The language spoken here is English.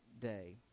day